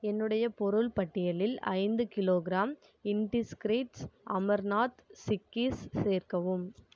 என்னுடைய பொருள் பட்டியலில் ஐந்து கிலோகிராம் இண்டிஸீக்ரெட்ஸ் அமராந்த் சிக்கிஸ் சேர்க்கவும்